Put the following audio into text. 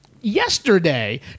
yesterday